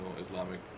Islamic